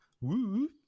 Woo